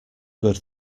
good